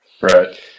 Right